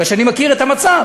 מפני שאני מכיר את המצב,